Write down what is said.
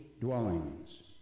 dwellings